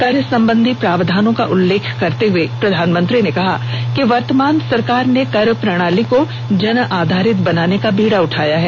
कर संबंधी प्रावधानों का उल्लेख करते हुए प्रधानमंत्री ने कहा कि वर्तमान सरकार ने कर प्रणाली को जन आधारित बनाने का बीड़ा उठाया है